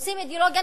רוצים אידיאולוגיה?